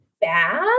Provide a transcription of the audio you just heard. bad